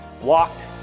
walked